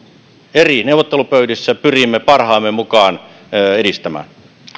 eri neuvottelupöydissä pyrimme parhaamme mukaan edistämään